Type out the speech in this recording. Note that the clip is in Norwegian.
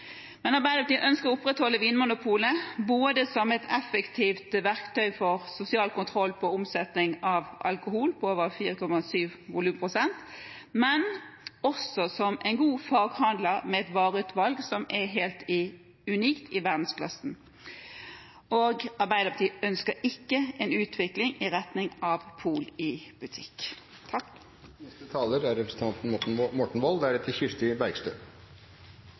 Men det å handle på nettet er ikke det samme som å få lov til å oppsøke et fysisk vinmonopol. Arbeiderpartiet ønsker å opprettholde Vinmonopolet, som et effektivt verktøy for sosial kontroll på omsetning av alkohol på over 4,7 volumprosent, men også som en god faghandel med et vareutvalg som er helt unikt, i verdensklassen. Arbeiderpartiet ønsker ikke en utvikling i retning av pol i butikk.